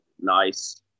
nice